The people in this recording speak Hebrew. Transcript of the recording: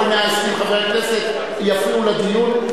וכל 120 חברי כנסת יפריעו לדיון,